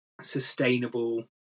Sustainable